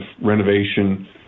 renovation